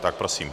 Tak prosím.